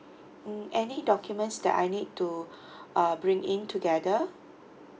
mm any documents that I need to uh bring in together